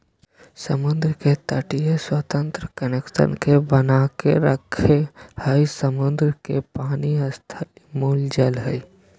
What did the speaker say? समुद्र के तटीय स्वतंत्र कनेक्शन के बनाके रखो हइ, समुद्र के पानी स्थलीय मूल जल हइ